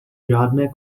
žádné